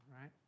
right